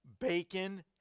bacon